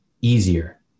easier